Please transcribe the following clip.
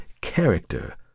character